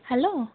hello